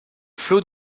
flot